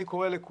אני קורא לכולם,